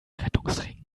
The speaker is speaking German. rettungsring